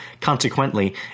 Consequently